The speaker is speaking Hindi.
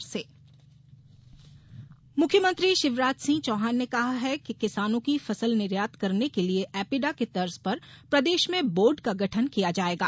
किसान सम्मेलन मुख्यमंत्री शिवराज सिंह चौहान ने कहा है कि किसानों की फसल निर्यात करने के लिए एपीडा की तर्ज पर प्रदेश में बोर्ड का गठन किया जायेगा